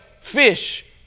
fish